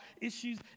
issues